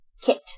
Kit